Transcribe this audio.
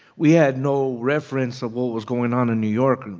we had no reference of what was going on in new york.